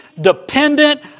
dependent